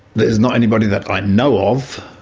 there's not anybody that i know of.